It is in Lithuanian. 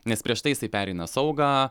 nes prieš tai jisai pereina saugą